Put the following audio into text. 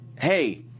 hey